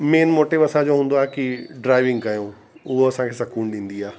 main motive असांजो हूंदो आहे कि ड्रॉइविंग कयूं उहो असांखे सुक़ून ॾींदी आहे